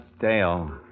Dale